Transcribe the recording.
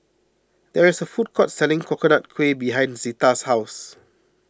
there is a food court selling Coconut Kuih behind Zita's house